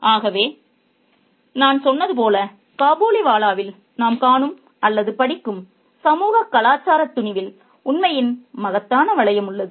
ஆகவே நான் சொன்னது போல 'காபூலிவாலா'வில் நாம் காணும் அல்லது படிக்கும் சமூக கலாச்சாரத் துணிவில் உண்மையின் மகத்தான வளையம் உள்ளது